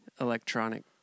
electronic